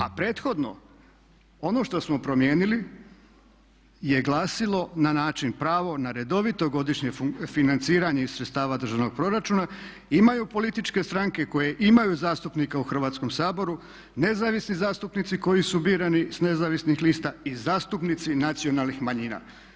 A prethodno, ono što smo promijenili je glasilo na način, pravo na redovito godišnje financiranje iz sredstava državnog proračuna imaju političke stranke koje imaju zastupnika u Hrvatskom saboru, nezavisni zastupnici koji su birani sa nezavisnih lista i zastupnici nacionalnih manjina.